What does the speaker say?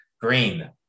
Green